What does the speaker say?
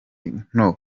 nto